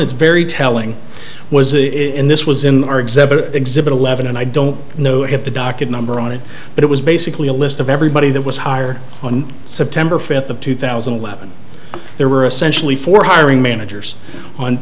that's very telling was in this was in our exhibit exhibit eleven and i don't know if the docket number on it but it was basically a list of everybody that was hired on september fifth of two thousand and eleven there were essentially for hiring managers on